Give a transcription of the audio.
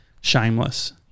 Shameless